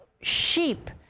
sheep